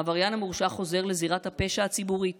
העבריין המורשע חוזר לזירת הפשע הציבורית